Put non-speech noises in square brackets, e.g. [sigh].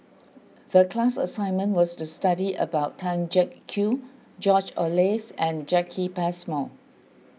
the class assignment was to study about Tan [unintelligible] Kew George Oehlers and Jacki Passmore